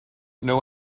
know